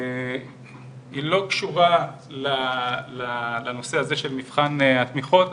לא קשורה לנושא הזה של מבחן התמיכות.